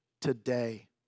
today